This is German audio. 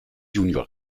junior